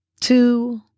two